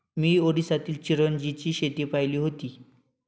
मी ओरिसातील चिरोंजीची शेती पाहिली होती